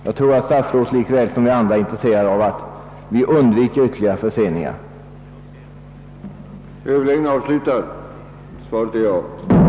Jag tror att statsrådet lika väl som vi andra är intresserad av att ytterligare förseningar undviks.